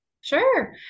Sure